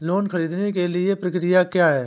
Loan ख़रीदने के लिए प्रक्रिया क्या है?